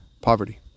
poverty